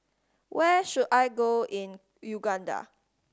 where should I go in Uganda